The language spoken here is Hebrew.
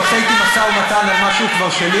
אתה עושה אתי משא-ומתן על מה שהוא כבר שלי,